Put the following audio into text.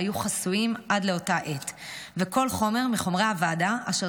שהיו חסויים עד לאותה עת כל חומר מחומרי הוועדה אשר